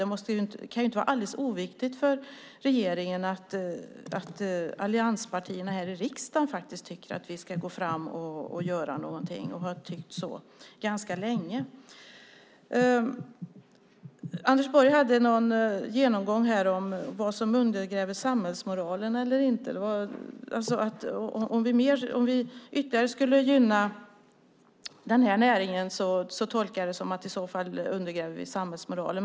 Det kan inte vara alldeles oviktigt för regeringen att allianspartierna här i riksdagen tycker att vi ska göra någonting och har tyckt så ganska länge. Anders Borg hade en genomgång av vad som undergräver samhällsmoralen eller inte. Jag tolkar det så att om vi ytterligare skulle gynna den här näringen undergräver vi samhällsmoralen.